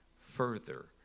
further